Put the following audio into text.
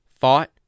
fought